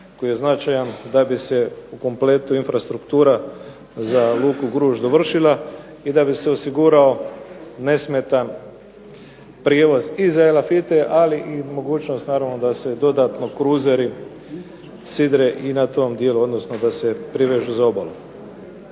koji je značajan da bi se u kompletu infrastruktura za luku Gruž dovršila i da bi se osigurao nesmetan prijevoz i za Elafite, ali i mogućnost naravno da se dodatno kruzeri sidre i na tom dijelu, odnosno da se privežu za obalu.